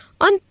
on